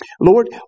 Lord